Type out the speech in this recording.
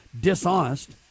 dishonest